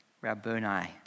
Rabboni